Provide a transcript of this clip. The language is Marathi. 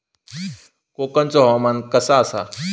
कोकनचो हवामान कसा आसा?